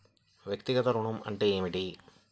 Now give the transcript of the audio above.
వ్యక్తిగత ఋణం అంటే ఏమిటి?